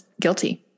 guilty